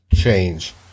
change